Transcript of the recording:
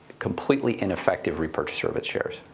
completely ineffective repurchaser of its shares.